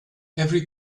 every